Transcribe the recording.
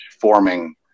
forming